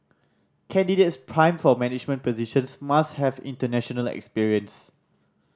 candidates primed for management positions must have international experience